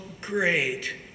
great